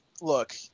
look